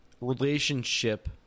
relationship